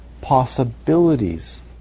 Possibilities